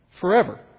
forever